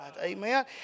Amen